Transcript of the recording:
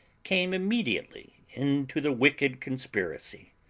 came immediately into the wicked conspiracy,